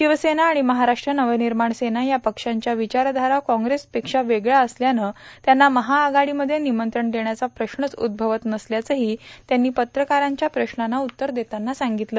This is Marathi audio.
शिवसेना आणि महाराष्ट्र नवनिर्माण सेना या पक्षांच्या विचारधारा काँग्रेसपेक्षा वेगळ्या असल्यानं त्यांना महाआघाडीमध्ये निमंत्रण देण्याचा प्रश्नच उद्भवत नसल्याचंही त्यांनी पत्रकारांच्या प्रश्नांना उत्तर देताना सांगितलं